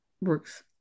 works